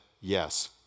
yes